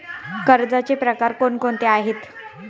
कर्जाचे प्रकार कोणकोणते आहेत?